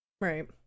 right